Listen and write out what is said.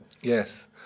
Yes